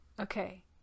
Okay